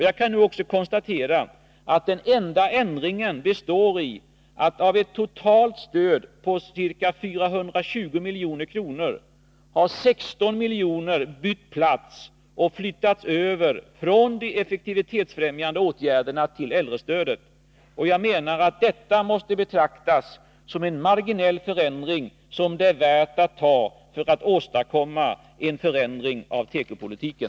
Jag kan nu också konstatera att den enda ändringen består i att av ett totalt stöd på ca 420 milj.kr. 16 milj.kr. har bytt plats och flyttats över från de effektivitetsfrämjande åtgärderna till äldrestödet. Detta måste betraktas som en marginell förändring, som det är värt att göra för att åstadkomma en radikal förändring av tekopolitiken.